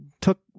took